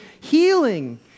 healing